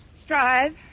Strive